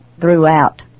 throughout